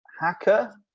hacker